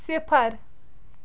صِفر